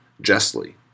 justly